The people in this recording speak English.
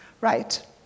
Right